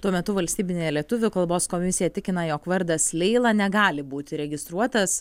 tuo metu valstybinė lietuvių kalbos komisija tikina jog vardas leila negali būti registruotas